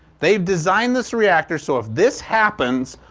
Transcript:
they've designed this reactor so if this happens,